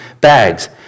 bags